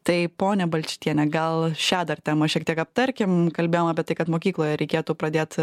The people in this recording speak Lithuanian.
tai ponia balčytiene gal šią dar temą šiek tiek aptarkim kalbėjom apie tai kad mokykloj reikėtų pradėt